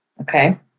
Okay